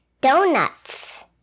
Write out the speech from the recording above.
donuts